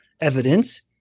evidence